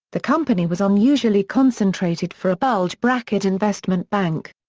the company was unusually concentrated for a bulge-bracket investment bank.